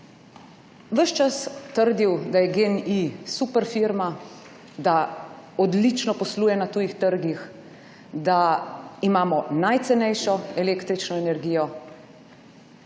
ves čas trdil, da je Gen-I super firma, da odlično posluje na tujih trgih, da imamo najcenejšo električno energijo.